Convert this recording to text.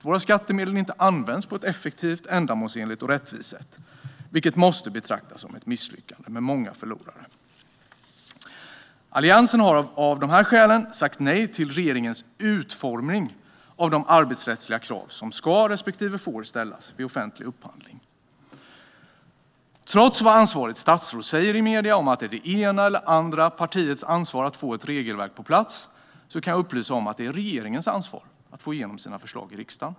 Våra skattemedel används då inte på ett effektivt, ändamålsenligt och rättvist sätt, vilket måste betraktas som ett misslyckande med många förlorare. Alliansen har av dessa skäl sagt nej till regeringens utformning av de arbetsrättsliga krav som ska respektive får ställas vid offentlig upphandling. Trots vad ansvarigt statsråd säger i medierna om att det är det ena eller andra partiets ansvar att få ett regelverk på plats kan jag upplysa om att det är regeringens ansvar att få igenom sina förslag i riksdagen.